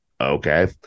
okay